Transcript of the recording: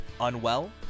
Unwell